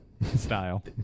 style